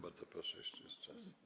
Bardzo proszę, jeszcze jest czas.